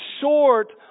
short